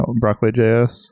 broccoli.js